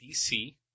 DC